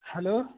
hello